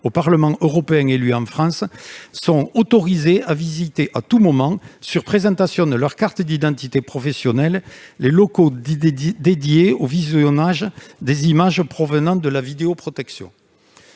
au Parlement européen élus en France sont autorisés à visiter à tout moment, sur présentation de leur carte d'identité professionnelle, les locaux dédiés au visionnage des images provenant de la vidéoprotection.